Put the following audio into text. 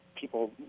people